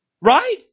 Right